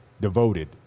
devoted